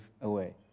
away